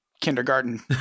kindergarten